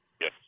Yes